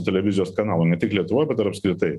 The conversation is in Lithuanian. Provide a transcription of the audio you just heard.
televizijos kanalų ne tik lietuvoj bet ir apskritai